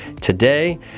today